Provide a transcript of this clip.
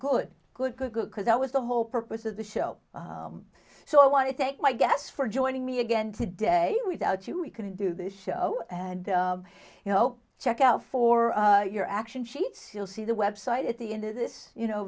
good good good good because that was the whole purpose of the show so i want to thank my guests for joining me again today without you we can do this show and you know check out for your action sheets you'll see the website at the end of this you know